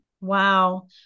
wow